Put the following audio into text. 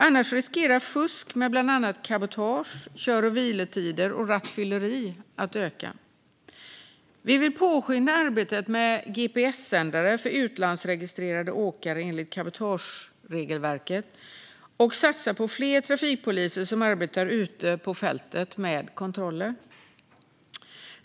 Annars riskerar fusk med bland annat cabotage, kör och vilotider och rattfylleri att öka. Vi vill påskynda arbetet med gps-sändare för utlandsregistrerade åkare enligt cabotageregelverket och satsa på fler trafikpoliser som arbetar ute på fältet med kontroller.